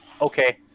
okay